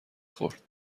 خورد